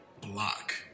block